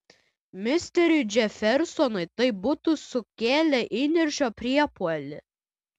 misteriui džefersonui tai būtų sukėlę įniršio priepuolį